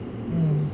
mm